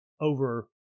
over